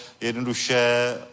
jednoduše